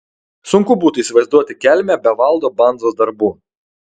sunku būtų įsivaizduoti kelmę be valdo bandzos darbų